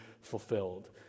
fulfilled